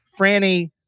Franny